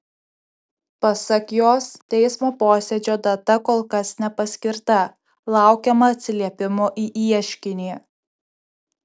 pasak jos teismo posėdžio data kol kas nepaskirta laukiama atsiliepimo į ieškinį